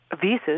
visas